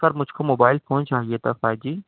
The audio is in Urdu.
سر مجھ کو موبائل فون چاہیے تھا فائیو جی